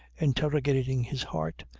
interrogating his heart,